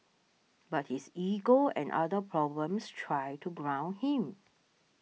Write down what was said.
but his ego and other problems try to ground him